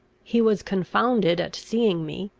he was confounded at seeing me,